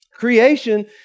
Creation